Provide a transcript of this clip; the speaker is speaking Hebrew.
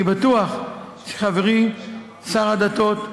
אני בטוח שחברי שר הדתות,